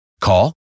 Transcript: Call